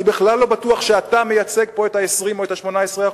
אני בכלל לא בטוח שאתה מייצג פה את ה-20% או את ה-18%.